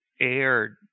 aired